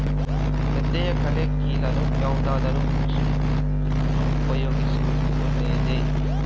ಗದ್ದೆಯ ಕಳೆ ಕೀಳಲು ಯಾವುದಾದರೂ ಮಷೀನ್ ಅನ್ನು ಉಪಯೋಗಿಸುವುದು ಒಳ್ಳೆಯದೇ?